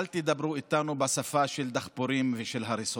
אל תדברו איתנו בשפה של דחפורים ושל הריסות.